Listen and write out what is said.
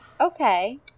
Okay